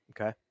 Okay